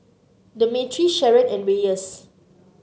Demetri Sharon and Reyes